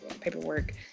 paperwork